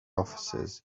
officers